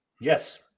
Yes